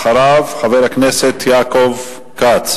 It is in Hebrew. אחריו, חבר הכנסת יעקב כץ.